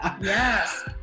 Yes